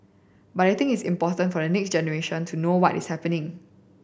but I think it's important for the next generation to know what is happening